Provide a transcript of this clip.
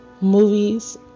movies